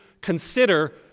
consider